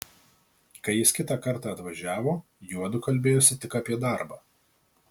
kai jis kitą kartą atvažiavo juodu kalbėjosi tik apie darbą